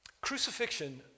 Crucifixion